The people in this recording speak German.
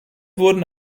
wurden